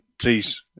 please